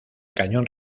cañón